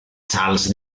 charles